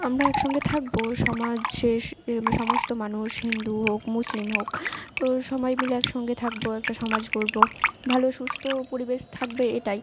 আমরা একসঙ্গে থাকবো সমাজ সে এ সমস্ত মানুষ হিন্দু হোক মুসলিম হোক তো সবাই মিলে একসঙ্গে থাকবো একটা সমাজ গড়বো ভালো সুস্থ পরিবেশ থাকবে এটাই